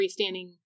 freestanding